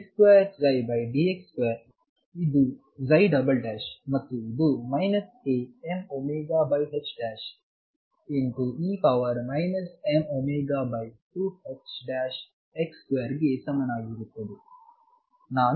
ಆದ್ದರಿಂದ d2dx2 ಇದುψ ಮತ್ತು ಇದು Amωxe mω2ℏx2 ಗೆ ಸಮನಾಗಿರುತ್ತದೆ